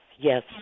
yes